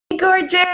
gorgeous